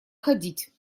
ходить